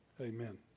amen